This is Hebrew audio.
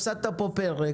הפסדת פה פרק